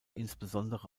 insbesondere